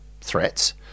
threats